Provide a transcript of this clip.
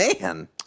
Man